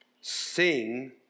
Sing